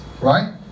right